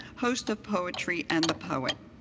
host of poetry and the poet.